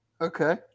Okay